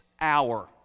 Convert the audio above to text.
hour